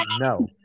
No